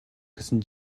болон